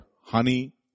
honey